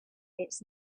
its